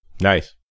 Nice